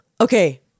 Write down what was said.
Okay